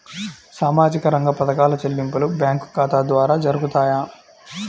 సామాజిక రంగ పథకాల చెల్లింపులు బ్యాంకు ఖాతా ద్వార జరుగుతాయా?